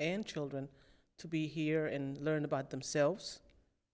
and children to be here and learn about themselves